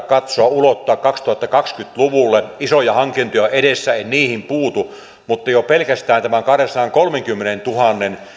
katsoa ulottaa kaksituhattakaksikymmentä luvulle isoja hankintoja on edessä en niihin puutu mutta jo pelkästään näiden kahdensadankolmenkymmenentuhannen